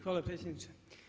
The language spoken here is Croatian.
Hvala predsjedniče.